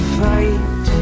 fight